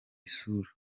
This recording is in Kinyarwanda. isura